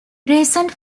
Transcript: recent